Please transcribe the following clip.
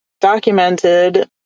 documented